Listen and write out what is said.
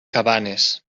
cabanes